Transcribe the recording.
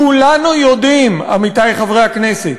כולנו יודעים, עמיתי חברי הכנסת: